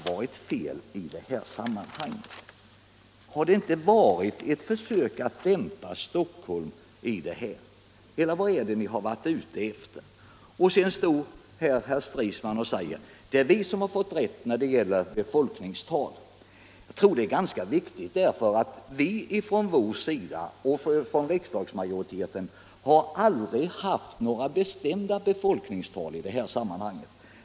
Var det inte en dämpning av Stockholmsregionen ni var ute efter? Sedan sade herr Stridsman: Det är vi som har fått rätt när det gäller befolkningstalen. — Vi har från socialdemokraternas sida och från riksdagsmajoritetens sida aldrig angivit några bestämda befolkningstal i detta sammanhang.